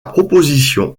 proposition